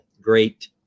great